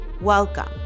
Welcome